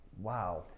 Wow